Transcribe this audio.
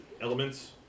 elements